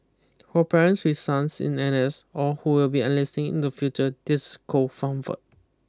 for parents with sons in N S or who will be enlisting in the future this call